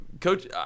Coach –